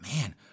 man